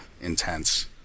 intense